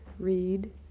read